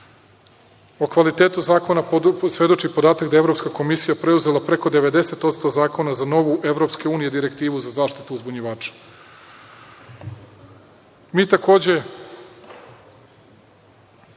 O kvalitetu zakona svedoči podatak da je Evropska komisija preuzela preko 90% zakona za novu direktivu EU za zaštitu uzbunjivača. Mi